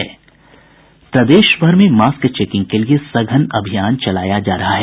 प्रदेश भर में mask checking के लिए सघन अभियान चलाया जा रहा है